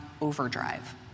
overdrive